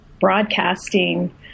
broadcasting